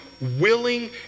willing